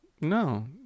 no